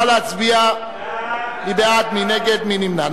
נא להצביע, מי בעד, מי נגד, מי נמנע?